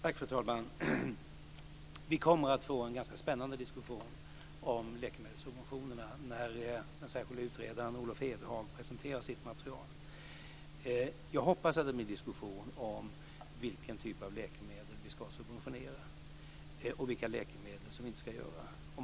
Fru talman! Vi kommer att få en ganska spännande diskussion om läkemedelssubventionerna när den särskilde utredaren Olof Edhag presenterar sitt material. Jag hoppas att det blir en diskussion om vilken typ av läkemedel som vi ska och vilka läkemedel som vi inte ska subventionera.